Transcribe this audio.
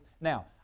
Now